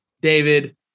David